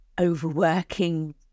overworking